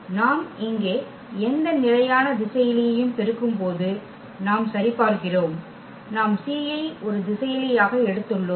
நாம் இங்கே எந்த நிலையான திசையிலியையும் பெருக்கும்போது நாம் சரிபார்க்கிறோம் நாம் c ஐ ஒரு திசையிலி ஆக எடுத்துள்ளோம்